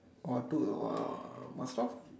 what to do uh pass down